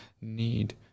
need